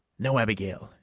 no, abigail,